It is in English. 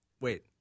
wait